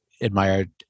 admired